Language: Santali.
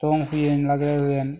ᱫᱚᱝ ᱦᱩᱭᱮᱱ ᱞᱟᱜᱽᱲᱮ ᱦᱩᱭᱮᱱ